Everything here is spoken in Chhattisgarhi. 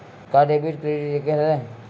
का डेबिट क्रेडिट एके हरय?